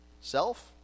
Self